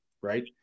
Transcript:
right